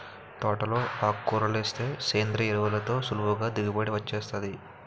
తోటలో ఆకుకూరలేస్తే సేంద్రియ ఎరువులతో సులువుగా దిగుబడి వొచ్చేత్తాది